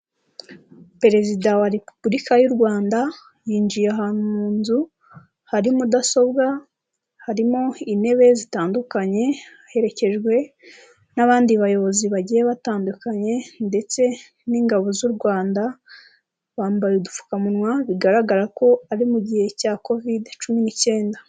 Perezida wa repubulika y'u Rwanda yinjiye ahantu mu nzu hari mudasobwa, harimo intebe zitandukanye, aherekejwe n'abandi bayobozi bagiye batandukanye ndetse n'ingabo z'u Rwanda bambaye udupfukamunwa bigaragara ko ari mu gihe cya covid 19.